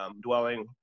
dwelling